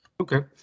Okay